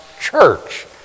Church